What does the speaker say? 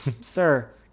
sir